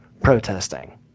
protesting